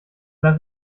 nach